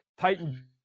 Titan